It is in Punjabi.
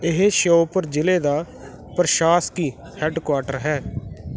ਇਹ ਸ਼ਿਓਪੁਰ ਜ਼ਿਲ੍ਹੇ ਦਾ ਪ੍ਰਸ਼ਾਸਕੀ ਹੈੱਡਕੁਆਰਟਰ ਹੈ